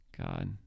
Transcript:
god